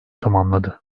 tamamladı